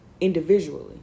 individually